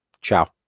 ciao